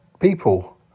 people